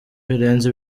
birenze